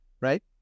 right